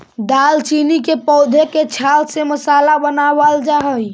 दालचीनी के पौधे के छाल से मसाला बनावाल जा हई